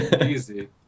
Easy